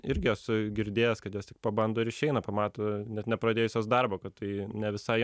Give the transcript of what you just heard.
irgi esu girdėjęs kad jos tik pabando ir išeina pamato net nepradėjusios darbo kad tai ne visai